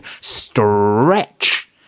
stretch